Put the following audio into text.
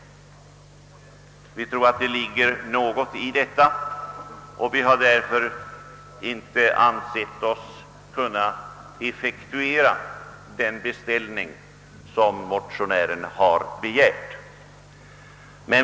Vi tror att det ligger något i denna invändning, och vi har därför inte ansett oss kunna tillstyrka den beställning som motionären avsett.